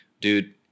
dude